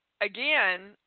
Again